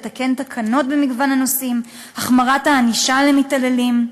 לתקן תקנות במגוון נושאים והחמרת הענישה של מתעללים,